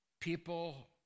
people